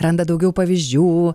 randa daugiau pavyzdžių